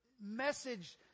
message